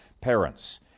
parents